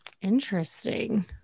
interesting